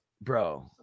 bro